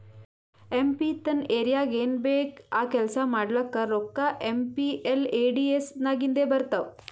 M P ತನ್ ಏರಿಯಾಗ್ ಏನ್ ಬೇಕ್ ಆ ಕೆಲ್ಸಾ ಮಾಡ್ಲಾಕ ರೋಕ್ಕಾ ಏಮ್.ಪಿ.ಎಲ್.ಎ.ಡಿ.ಎಸ್ ನಾಗಿಂದೆ ಬರ್ತಾವ್